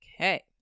okay